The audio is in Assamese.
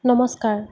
নমস্কাৰ